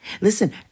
Listen